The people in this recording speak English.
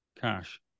cash